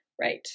Right